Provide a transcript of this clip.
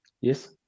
Yes